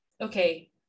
okay